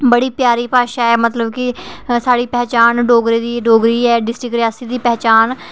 बड़ी प्यारी भाशा ऐ मतलब की साढ़ी पहचान डोगरें दी डोगरी ऐ डिस्ट्रिक्ट रियासी दी पहचान